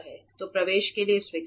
तो प्रकाश के लिए स्विच है